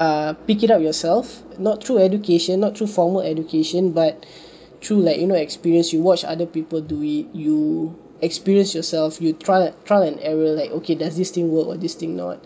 uh pick it up yourself not through education not through formal education but through like you know experience you watch other people do it you experience yourself you try trial and error like okay does this thing work or this thing not